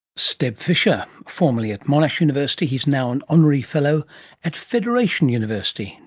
steb fisher, formerly at monash university, he's now an honorary fellow at federation university.